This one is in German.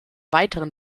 weiteren